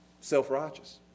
Self-righteous